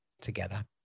together